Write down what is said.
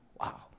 Wow